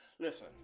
Listen